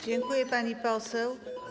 Dziękuję, pani poseł.